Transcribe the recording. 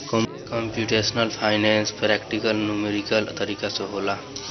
computational finance practical numerical तरीका से होला